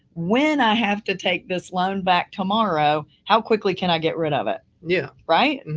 when i have to take this loan back tomorrow, how quickly can i get rid of it? yeah right? and